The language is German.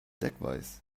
deckweiß